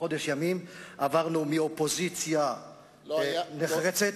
בחודש ימים עברנו מאופוזיציה נחרצת,